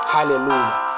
Hallelujah